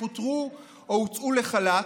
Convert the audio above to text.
פוטרו או הוצאו לחל"ת.